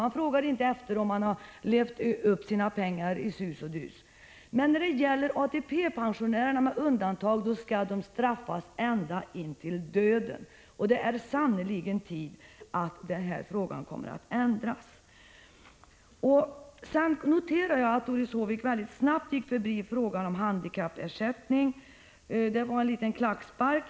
Man frågar inte efter om den som söker socialbidrag har levt upp sina pengar i ”sus och dus”. Men pensionärer som har begärt undantagande från ATP skall straffas ända in i döden! Jag noterade att Doris Håvik mycket snabbt gick förbi frågan om handikappersättning. Den tog hon med en klackspark.